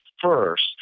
first